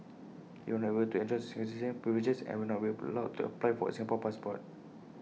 he will not able to enjoy citizenship privileges and will not be allowed to apply for A Singapore passport